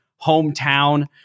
hometown